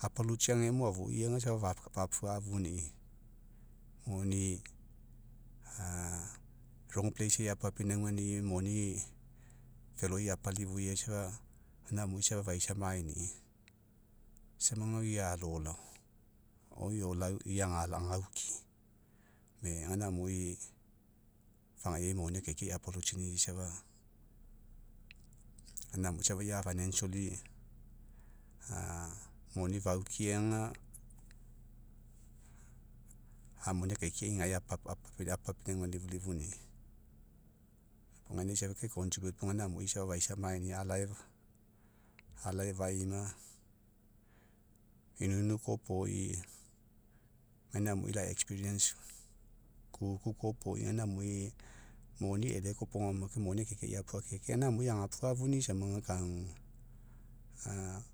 apulutsi agemo afui, isafa fapuafuni'i. Moni a ai apapinaugai'i, moni feloi, apalifui'i. gaina amui faisa maeni'i, samaga oi alalao, oi lau, ia agalao, agauki. E gaina amui, fogaiai moni akaikiai apalutsini'i, safa againa amui safa ia a moni fauki aga, amu gaina akaikiai gae apapinauga lififuni'i. Gaina safa ke gaina amui safa faisa maenia a faima, inuinu koaopoi, gaina amui la kuku ka opoi gaina amui, moni e'ele koaopoga aoma kai, moni akaiki'i apuakei, kai gaina amui aga puafuni'i samaga, kagu